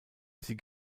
sie